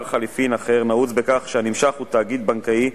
חליפין אחר נעוץ בכך שהנמשך הוא תאגיד בנקאי,